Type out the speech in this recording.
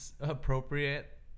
appropriate